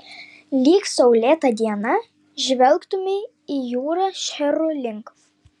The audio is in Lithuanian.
lyg saulėtą dieną žvelgtumei į jūrą šcherų link